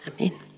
Amen